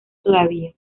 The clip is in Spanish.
todavía